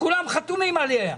כולם חתומים עליה,